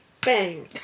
bang